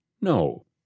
No